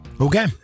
Okay